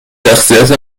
شخصیت